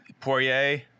poirier